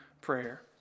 prayer